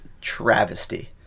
travesty